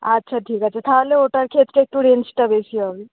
আচ্ছা ঠিক আছে তাহলে ওটার ক্ষেত্রে একটু রেঞ্জটা বেশি হবে